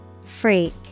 Freak